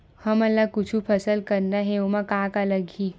हमन ला कुछु फसल करना हे ओमा का का लगही?